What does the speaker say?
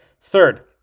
Third